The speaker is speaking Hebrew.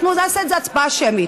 נעשה את זה הצבעה שמית,